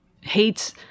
hates